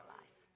lives